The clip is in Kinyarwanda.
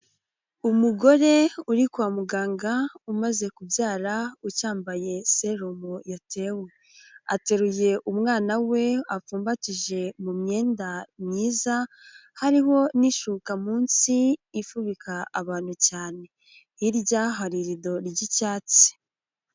Umugore uri kwa muganga umaze kubyara ucyambaye serumo yatewe, ateruye umwana we apfumbatije mu myenda myiza, hariho n'ishuka munsi ifubika abantu cyane. Hirya hari irido ry'icyatsi.